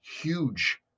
huge